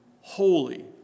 holy